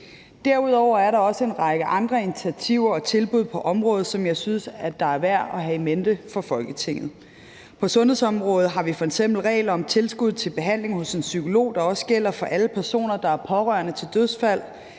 Derudover er der også en række andre initiativer og tilbud på området, som jeg synes er værd at have in mente for Folketinget. På sundhedsområdet har vi f.eks. regler om tilskud til behandling hos en psykolog, der også gælder for alle personer, der er pårørende til dødsfald,